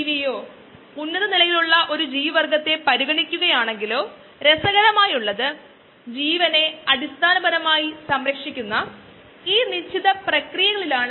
കോശങ്ങളുടെ സാന്ദ്രത വേർസസ് സമയം ഒരു ലാഗ് ഫേസ് ലോഗ് ഫേസ് പിന്നെ സ്റ്റേഷനറി ഫേസ് എന്ന് വിളിക്കുന്ന ഒന്ന്